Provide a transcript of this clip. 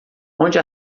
onde